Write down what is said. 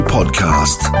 Podcast